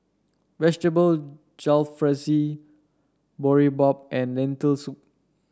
Vegetable Jalfrezi Boribap and Lentil Soup